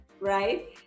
Right